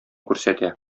күрсәтә